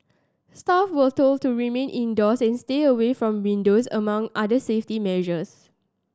staff were told to remain indoors and stay away from windows among other safety measures